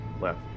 left